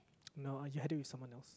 no it had to be someone else